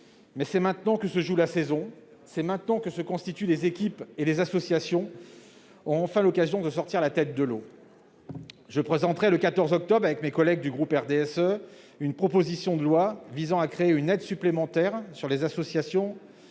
mais c'est maintenant que se joue la saison, c'est maintenant que se constituent les équipes et que les associations ont enfin l'occasion de sortir la tête de l'eau. Je présenterai, le 14 octobre, avec mes collègues du groupe du RDSE, une proposition de loi visant à créer une aide supplémentaire sur les adhésions